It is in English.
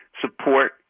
support